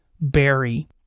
berry